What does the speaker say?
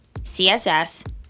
CSS